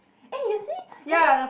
eh you see even